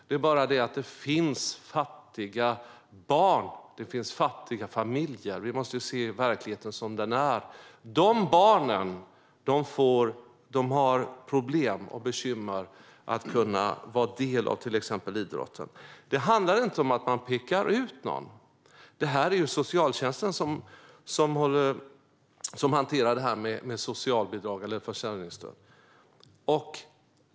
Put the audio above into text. Det är bara det att det finns fattiga barn och fattiga familjer. Vi måste se verkligheten som den är. De här barnen har problem med att kunna vara del av till exempel idrotten. Det handlar inte om att man pekar ut någon. Det är socialtjänsten som hanterar det här med socialbidrag, alltså försörjningsstöd.